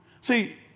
See